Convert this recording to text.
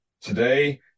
Today